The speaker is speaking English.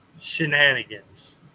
shenanigans